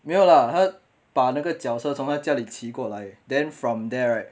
没有啦他把那个脚车从他家里骑过来 then from there right